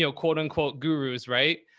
ah quote unquote gurus. right?